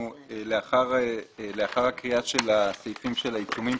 לאחר הקריאה של הסעיפים של העיצומים,